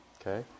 Okay